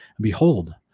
behold